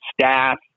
staff